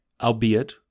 albeit